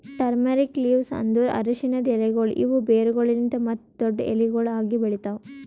turmeric leaves ಅಂದುರ್ ಅರಶಿನದ್ ಎಲೆಗೊಳ್ ಇವು ಬೇರುಗೊಳಲಿಂತ್ ಮತ್ತ ದೊಡ್ಡು ಎಲಿಗೊಳ್ ಆಗಿ ಬೆಳಿತಾವ್